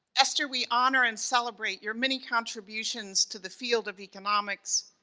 esther, we honor and celebrate your many contributions to the field of economics,